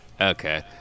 okay